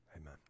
Amen